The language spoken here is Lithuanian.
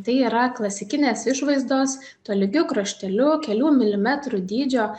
tai yra klasikinės išvaizdos tolygiu krašteliu kelių milimetrų dydžio